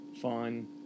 fun